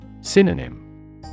synonym